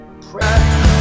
pray